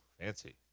Fancy